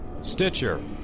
Stitcher